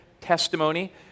testimony